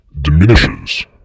diminishes